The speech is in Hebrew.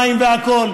מים והכול.